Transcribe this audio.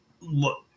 look